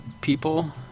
people